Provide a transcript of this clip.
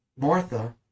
Martha